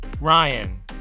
Ryan